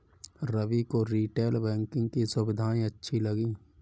रवि को retail banking की सुविधाएं अच्छी लगी